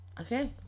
okay